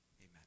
Amen